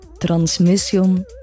transmission